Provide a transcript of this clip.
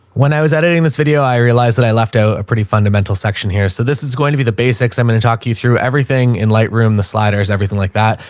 when i was editing this video, i realized that i left out a pretty fundamental section here. so this is going to be the basics. i'm going to talk you through everything in light, the sliders, everything like that.